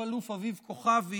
רב-אלוף אביב כוכבי,